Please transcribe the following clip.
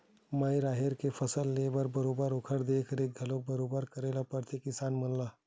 माई राहेर के फसल लेय म बरोबर ओखर देख रेख घलोक बरोबर करे बर परथे किसान मन ला